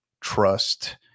trust